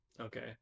okay